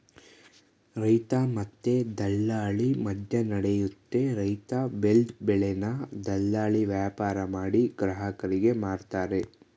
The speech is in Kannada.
ರೈತ ಮತ್ತೆ ದಲ್ಲಾಳಿ ಮದ್ಯನಡಿಯುತ್ತೆ ರೈತ ಬೆಲ್ದ್ ಬೆಳೆನ ದಲ್ಲಾಳಿ ವ್ಯಾಪಾರಮಾಡಿ ಗ್ರಾಹಕರಿಗೆ ಮಾರ್ತರೆ